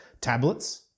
Tablets